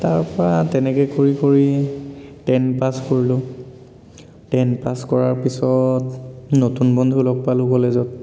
তাৰ পৰা তেনেকৈ কৰি কৰি টেন পাছ কৰিলোঁ টেন পাছ কৰাৰ পিছত নতুন বন্ধু লগ পালোঁ কলেজত